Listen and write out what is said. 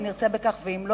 אם נרצה בכך ואם לא,